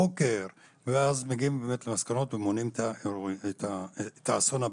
חוקר ומגיעים למסקנות ומונעים את האסון הבא.